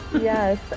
Yes